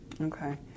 Okay